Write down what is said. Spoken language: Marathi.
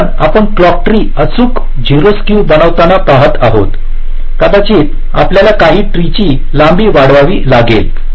कारण आपण क्लॉक ट्री अचूक 0 स्क्यू बनवताना पहात आहात कदाचित आपल्याला काही ट्रीची लांबी वाढवावी लागेल